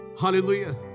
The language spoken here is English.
Hallelujah